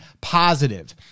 positive